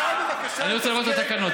השר לא, יש תקנון.